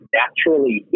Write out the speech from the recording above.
naturally